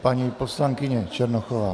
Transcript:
Paní poslankyně Černochová.